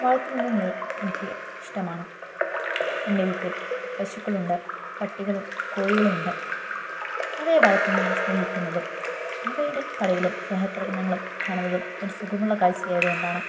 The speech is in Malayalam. വളർത്തുമൃഗങ്ങളെ എനിക്ക് ഇഷ്ടമാണ് എന്റെ വീട്ടിൽ പശുക്കളുണ്ട് പട്ടികളും കോഴികളും ഉണ്ട് അവയെ വളർത്തുന്നതും സ്നേഹിക്കുന്നതും അവയുടെ കളികളും സ്നേഹപ്രകടനങ്ങളും കാണുന്നതും ഒരു സുഖമുള്ള കാഴ്ചയായതുകൊണ്ടാണ്